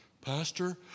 Pastor